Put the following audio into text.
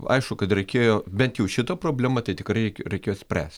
aišku kad reikėjo bent jau šitą problemą tai tikrai reikė reikėjo spręst